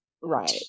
right